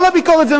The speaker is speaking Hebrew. כל הביקורת זה,